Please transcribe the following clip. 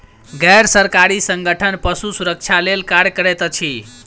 गैर सरकारी संगठन पशु सुरक्षा लेल कार्य करैत अछि